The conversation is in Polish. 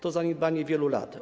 To zaniedbanie wielu lat.